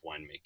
winemaking